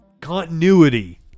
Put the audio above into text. continuity